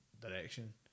direction